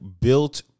built